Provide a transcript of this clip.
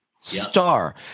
star